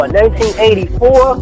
1984